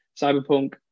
cyberpunk